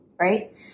right